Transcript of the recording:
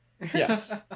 Yes